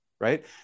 Right